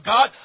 God